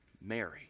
Mary